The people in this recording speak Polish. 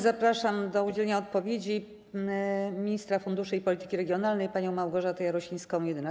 Zapraszam do udzielenia odpowiedzi ministra funduszy i polityki regionalnej panią Małgorzatę Jarosińską-Jedynak.